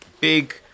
big